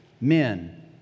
men